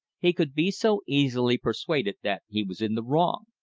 he could be so easily persuaded that he was in the wrong.